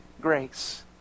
grace